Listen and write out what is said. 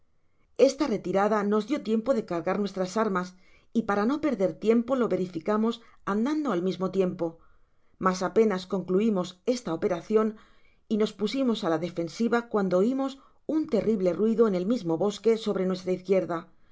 esta retirada nos dio tiempo de cargar nuestras armas y para no perder tiempo lo verificamos andando al mismo tiempo mas apenas concluimos esta operacion y nos pusimos á la defensiva cuando oimos un terrible ruido en el mismo bosque sobre nuestra izquierda